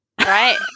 right